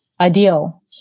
ideal